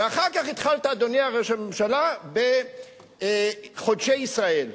ואחר כך התחלת, אדוני ראש הממשלה, בחודשי ישראל.